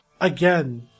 again